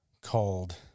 called